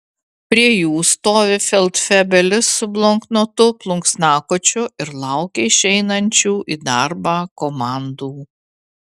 prie jų stovi feldfebelis su bloknotu plunksnakočiu ir laukia išeinančių į darbą komandų